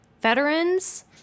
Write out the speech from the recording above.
veterans